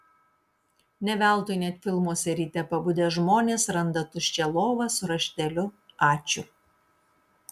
ne veltui net filmuose ryte pabudę žmonės randa tuščią lovą su rašteliu ačiū